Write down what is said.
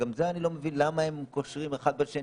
שגם את זה אני לא מבין למה הם קושרים אחד בשני,